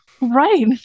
Right